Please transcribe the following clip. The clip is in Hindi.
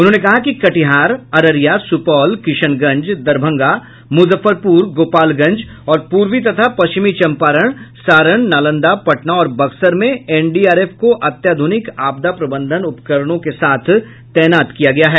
उन्होंने कहा कि कटिहार अररिया सुपौल किशनगंज दरभंगा मुजफ्फरपुर गोपालगंज और पूर्वी तथा पश्चिमी चंपारण सारण नालंदा पटना और बक्सर में एनडीआरएफ को अत्याधुनिक आपदा प्रबंधन उपकरणों के साथ तैनात किया गया है